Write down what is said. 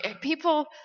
people